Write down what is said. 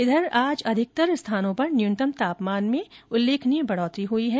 इधर आज अधिकतर स्थानों पर न्यूनतम तापमान में उल्लेखनीय बढ़ोतरी हुई है